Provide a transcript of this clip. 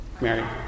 Mary